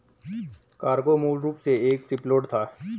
cargo मूल रूप से एक शिपलोड था